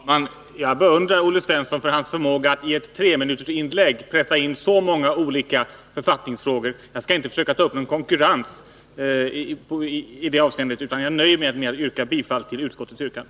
Fru talman! Jag beundrar Olle Svensson för hans förmåga att i ett treminutersinlägg pressa in så många olika författningsfrågor. Jag skall inte 123 försöka ta upp någon konkurrens i det avseendet, utan jag nöjer mig med att yrka bifall till utskottets hemställan.